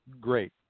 great